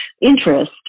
interest